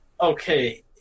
Okay